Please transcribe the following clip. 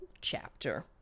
chapter